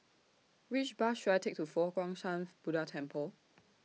Which Bus should I Take to Fo Guang Shan Buddha Temple